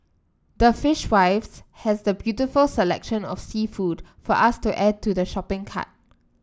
the Fishwives has the beautiful selection of seafood for us to add to shopping cart